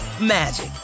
magic